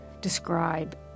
describe